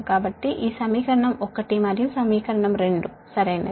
కాబట్టి ఈ సమీకరణం 1 మరియు ఈ సమీకరణం 2 సరైనది